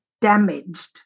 damaged